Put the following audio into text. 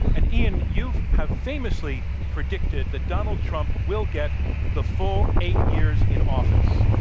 and ian, you have famously predicted that donald trump will get the full eight years in office.